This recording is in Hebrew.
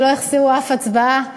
שלא החסירו אף הצבעה,